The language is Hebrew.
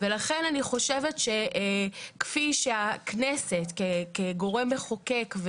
ולכן כפי שהכנסת כגורם מחוקק,